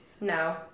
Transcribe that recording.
No